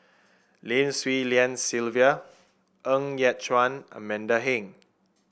Lim Swee Lian Sylvia Ng Yat Chuan Amanda Heng